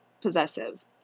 possessive